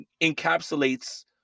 encapsulates –